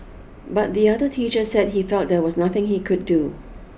but the other teacher said he felt there was nothing he could do